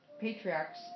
patriarchs